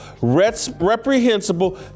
reprehensible